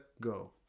go